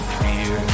fear